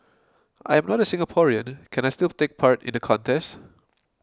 I am not a Singaporean can I still take part in the contest